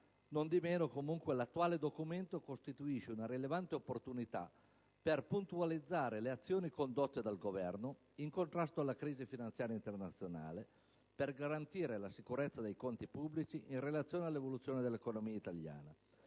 Nondimeno, l'attuale documento costituisce una rilevante opportunità per puntualizzare le azioni condotte dal Governo per contrastare la crisi finanziaria internazionale e per garantire la sicurezza dei conti pubblici, in relazione all'evoluzione dell'economia italiana.